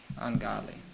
ungodly